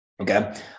Okay